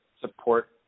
support